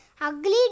ugly